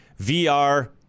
vr